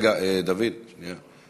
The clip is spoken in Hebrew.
דוד, רגע, שנייה.